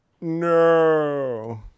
no